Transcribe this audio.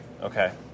Okay